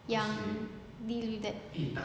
yang deal with that